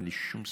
אין לי שום ספק,